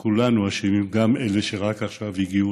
וכולנו אשמים, גם אלה שרק עכשיו הגיעו